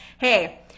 hey